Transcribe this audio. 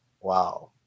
Wow